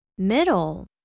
Middle